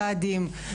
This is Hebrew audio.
קאדים,